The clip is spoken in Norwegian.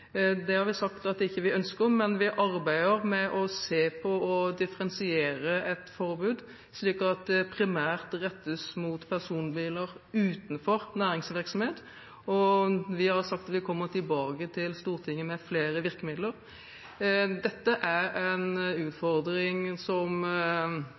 Det har vi sagt at vi ikke ønsker, men vi arbeider med å se på et differensiert forbud, slik at det primært rettes mot personbiler utenfor næringsvirksomhet. Vi har sagt at vi kommer tilbake til Stortinget med flere virkemidler. Dette er en utfordring som